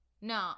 No